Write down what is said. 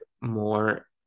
more